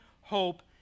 hope